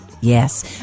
Yes